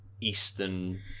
Eastern